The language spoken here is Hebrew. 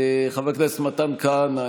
חבר הכנסת מתן כהנא,